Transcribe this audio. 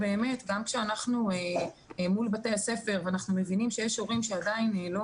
גם כשאנחנו מול בתי הספר ואנחנו מבינים שיש הורים שעדיין לא